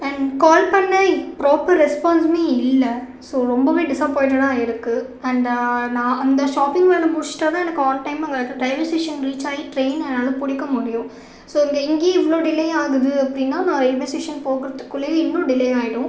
and call பண்ணிணேன் proper ரெஸ்பான்ஸுமே இல்லை ஸோ ரொம்பவே டிசபாயின்ட்டடாக இருக்குது அண்ட் நான் அந்த ஷாப்பிங் வேலை முடிச்சுட்டாதான் எனக்கு ஆன்டைம் அங்கே ரெயில்வே ஸ்டேஷன் ரீச் ஆகி ட்ரெயினை என்னால் பிடிக்க முடியும் ஸோ இங்கே இங்கேயே இவ்வளோ டிலே ஆகுது அப்படினா நான் ரெயில்வே ஸ்டேஷன் போகிறதுக்குள்ளயே இன்னும் டிலே ஆகிடும்